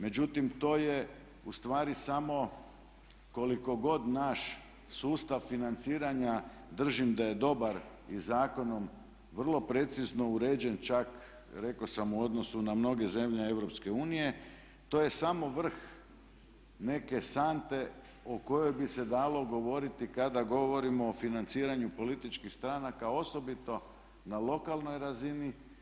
Međutim, to je u stvari samo koliko god naš sustav financiranja držim da je dobar i zakonom vrlo precizno uređen čak rekao sam u odnosu na mnoge zemlje EU, to je samo vrh neke sante o kojoj bi se dalo govoriti kada govorimo o financiranju političkih stranaka osobito na lokalnoj razini.